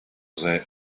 the